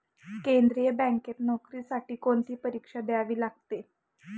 केंद्रीय बँकेत नोकरीसाठी कोणती परीक्षा द्यावी लागते?